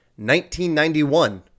1991